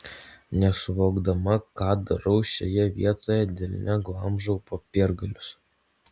nesuvokdama ką darau šioje vietoje delne glamžau popiergalius